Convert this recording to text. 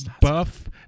buff